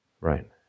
Right